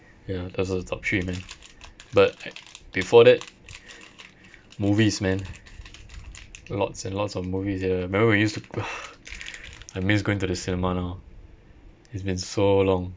ya that's the top three man but ac~ before that movies man lots and lots of movies the remember we used to I miss going to the cinema now it's been so long